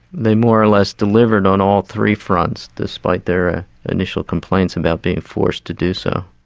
they more or less delivered on all three fronts, despite their initial complaints about being forced to do so.